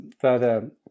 further